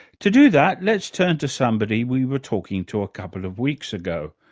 to do that, let's turn to somebody we were talking to a couple of weeks ago,